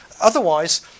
Otherwise